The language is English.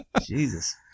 Jesus